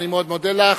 אני מאוד מודה לך.